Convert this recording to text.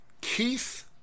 Keith